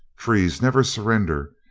trees never sur render,